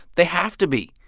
they have to be.